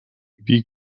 wie